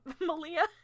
Malia